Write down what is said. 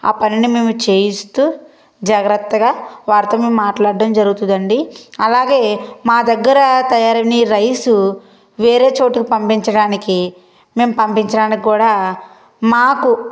ఆ పనిని మేము చేయిస్తూ జాగ్రత్తగా వారితో మేము మాట్లాడడం జరుగుతుందండి అలాగే మా దగ్గర తయారైన రైసు వేరే చోటుకు పంపించడానికి మేము పంపించడానికి కూడా మాకు